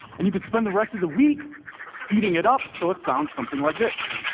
and you could spend the rest of the week speeding it up so it sounds something like this.